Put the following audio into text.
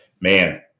man